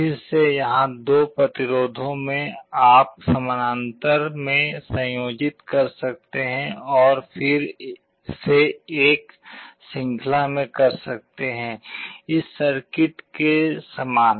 फिर से यहाँ 2 प्रतिरोधों में आप समानांतर में संयोजित कर सकते हैं और फिर से एक श्रृंखला में कर सकते हैं इस सर्किट के समान